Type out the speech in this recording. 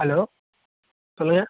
hello சொல்லுங்கள்